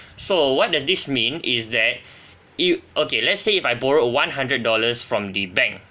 so what does this mean is that you okay let's say if I borrow one hundred dollars from the bank